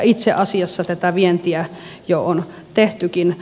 itse asiassa tätä vientiä on jo tehtykin